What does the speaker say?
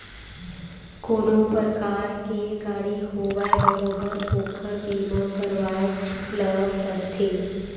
कोनो परकार के गाड़ी होवय बरोबर ओखर बीमा करवायच ल परथे